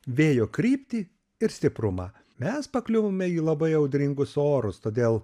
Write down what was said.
vėjo kryptį ir stiprumą mes pakliuvome į labai audringus orus todėl